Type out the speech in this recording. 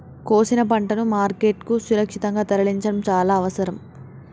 కోసిన పంటను మార్కెట్ కు సురక్షితంగా తరలించడం చాల అవసరం